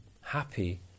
happy